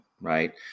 right